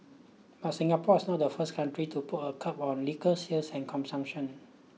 but Singapore is not the first country to put a curb on liquor sales and consumption